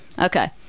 Okay